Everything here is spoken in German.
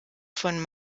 von